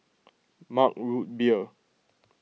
Mug Root Beer